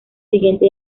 siguiente